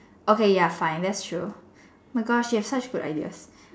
okay ya fine that's true my Gosh you such good ideas